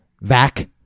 Vac